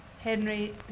Henry